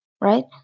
right